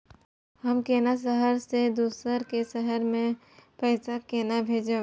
हम केना शहर से दोसर के शहर मैं पैसा केना भेजव?